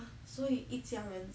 所以一家人